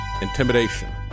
intimidation